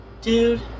Dude